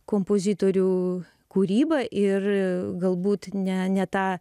kompozitorių kūryba ir galbūt ne ne tą